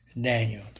Daniel